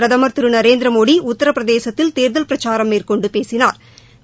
பிரதமா் திரு நரேந்திரமோடி உத்திரபிரதேசத்தில் தோதல் பிரச்சாரம் மேற்கொண்டு பேசினாா்